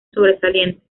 sobresaliente